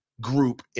group